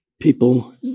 People